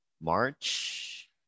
march